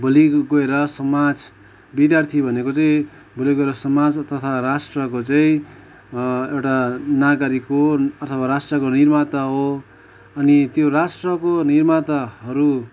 भोलि गएर समाज विद्यार्थी भनेको चाहिँ भोलि गएर समाज तथा राष्ट्रको चाहिँ एउटा नागरिकको अथवा राष्ट्रको निर्माता हो अनि त्यो राष्ट्रको निर्माताहरू